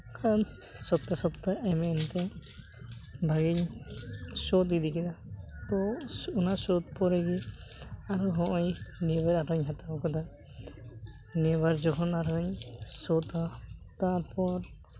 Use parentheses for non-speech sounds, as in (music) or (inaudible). (unintelligible) ᱥᱚᱯᱛᱟ ᱥᱚᱯᱛᱟ ᱮᱢ ᱮᱢᱛᱮ ᱵᱷᱟᱹᱜᱤᱧ ᱥᱳᱫᱷ ᱤᱫᱤ ᱠᱮᱫᱟ ᱛᱳ ᱚᱱᱟ ᱥᱳᱫᱷ ᱯᱚᱨᱮ ᱜᱮ ᱟᱨᱚ ᱱᱚᱜᱼᱚᱭ ᱱᱤᱭᱟᱹᱵᱟᱨ ᱟᱨᱚᱧ ᱦᱟᱛᱟᱣ ᱠᱟᱫᱟ ᱱᱤᱭᱟᱹᱵᱟᱨ ᱡᱚᱠᱷᱚᱱ ᱟᱨᱦᱚᱸᱧ ᱥᱳᱫᱷᱼᱟ ᱛᱟᱨᱯᱚᱨ